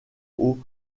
aux